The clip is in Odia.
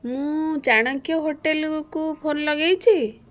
ମୁଁ ଚାଣକ୍ୟ ହୋଟେଲକୁ ଫୋନ୍ ଲଗେଇଛି